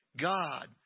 God